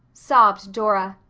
sobbed dora.